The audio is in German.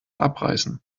abreißen